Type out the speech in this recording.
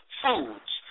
foods